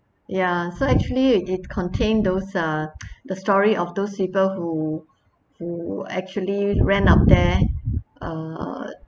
ya so actually it contain those uh the story of those people who who actually ran up there uh